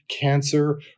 cancer